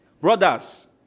Brothers